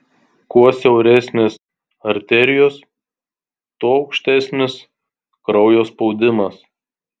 kuo siauresnės arterijos tuo aukštesnis kraujo spaudimas